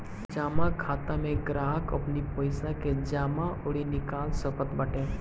जमा खाता में ग्राहक अपनी पईसा के जमा अउरी निकाल सकत बाटे